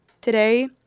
Today